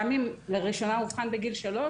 גם אם לראשונה אובחן בגיל שלוש,